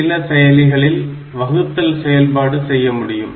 சில செயலிகளில் வகுத்தல் செயல்பாடு செய்ய முடியும்